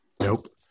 nope